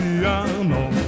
Piano